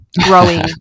growing